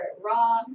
Raw